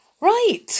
Right